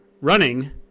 running